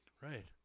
Right